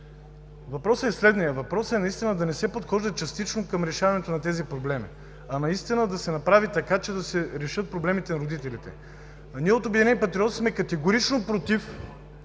Въпросът е следният – да не се подхожда частично към решаването на тези проблеми, а наистина да се направи така, че да се решат проблемите на родителите. Ние от „Обединени патриоти“ сме категорично против